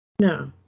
no